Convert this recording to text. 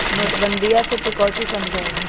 नोटबंदीया से तू काउची समझा हुँ?